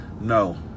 No